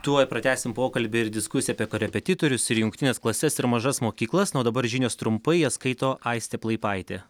tuoj pratęsim pokalbį ir diskusiją apie korepetitorius ir jungtines klases ir mažas mokyklas na o dabar žinios trumpai jas skaito aistė plaipaitė